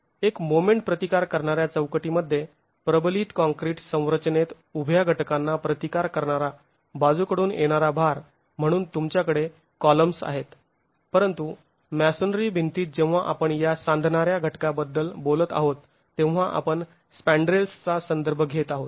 एक मोमेंट प्रतिकार करणाऱ्या चौकटीमध्ये प्रबलित काँक्रीट संरचनेत उभ्या घटकांना प्रतिकार करणारा बाजूकडून येणारा भार म्हणून तुमच्याकडे कॉलम्स् आहेत परंतु मॅसोनरी भिंतीत जेव्हा आपण या सांधणाऱ्या घटकांबद्दल बोलत आहोत तेव्हा आपण स्पँड्रेल्सचा संदर्भ घेत आहोत